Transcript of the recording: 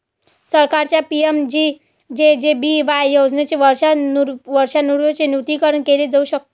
सरकारच्या पि.एम.जे.जे.बी.वाय योजनेचे वर्षानुवर्षे नूतनीकरण केले जाऊ शकते